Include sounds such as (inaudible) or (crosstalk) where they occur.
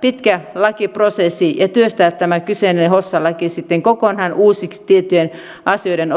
pitkä lakiprosessi ja työstää tämä kyseinen hossa laki sitten kokonaan uusiksi tiettyjen asioiden (unintelligible)